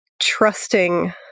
trusting